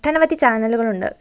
ഒട്ടനവധി ചാനലുകളുണ്ട്